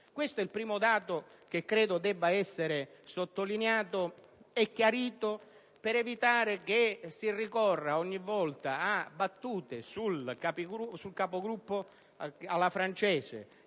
Questo è il primo dato che credo debba essere sottolineato e chiarito per evitare che si ricorra ogni volta a battute sul Capogruppo alla francese